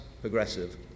progressive